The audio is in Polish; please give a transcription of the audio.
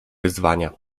wyzwania